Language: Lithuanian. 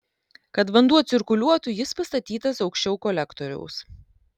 kad vanduo cirkuliuotų jis pastatytas aukščiau kolektoriaus